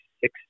six